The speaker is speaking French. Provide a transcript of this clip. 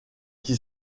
qui